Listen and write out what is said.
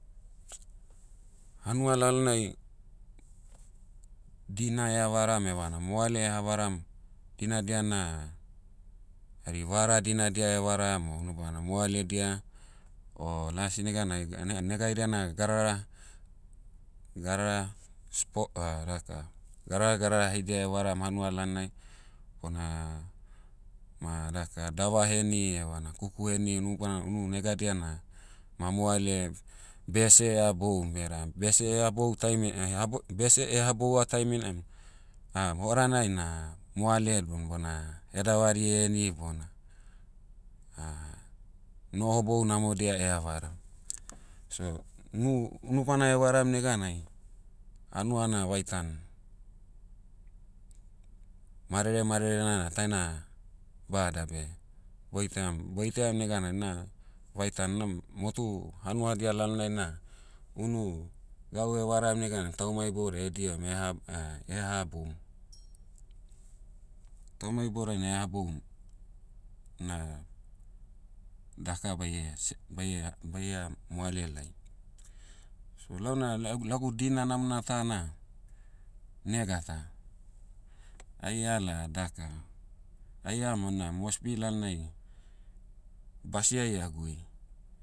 Hanua lalonai, dina ea varam evana moale eha varam, dinadia na, hari vara dinadia varam o unu bana moaledia. O lasi neganai ene- nega haidia na gadara, gadara, spo- daka, gadara gadara haidia varam hanua lalonai, bona, ma daka dava heni evana kuku heni unu bana unu negadia na, ma moale, bese haboum beda bese habou taimi- ai- habo- bese haboua taiminaim, horanai na, moaledum bona, hedavari heni bona, noho bou namodia havaram. So unu- unu bana varam neganai, hanua na vaitan, marere marere'na na taina, bada beh, boitaiam. Boitaiam neganai na, vaitan na, motu, hanuadia lalonai na, unu, gau evaram neganai tauma iboudiai dihom eha- haboum. Tauma iboudiai na haboum, na, daka baie se- baie- baia moale lai. So lau na la- egu- lagu dina namona ta na, nega ta, ai ala daka, ai ama una mosbi lalonai, basi'ai a'gui.